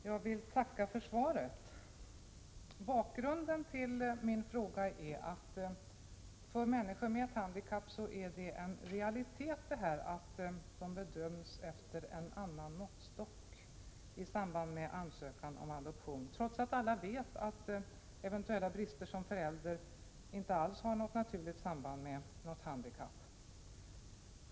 Herr talman! Jag tackar för svaret. Bakgrunden till min fråga är att det för människor med handikapp är en realitet att bli bedömd efter en annan måttstock i samband med ansökan om adoption — trots att alla vet att eventuella brister som förälder inte alls har något naturligt samband: med något handikapp.